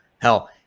hell